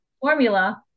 formula